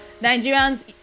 nigerians